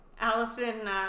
Allison